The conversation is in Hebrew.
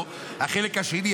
החלק השני,